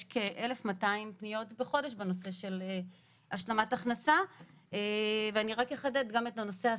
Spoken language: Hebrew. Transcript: יש כ-1,200 פניות בחודש בנושא של השלמת הכנסה ואני אחדד את הנושא השפתי,